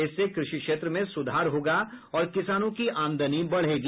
इससे कृषि क्षेत्र में सुधार होगा और किसानों की आमदनी बढ़ेगी